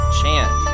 chant